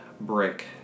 Brick